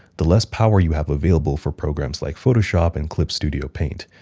the less power you have available for programs like photoshop and clip studio paint.